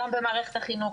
גם במערכת החינוך,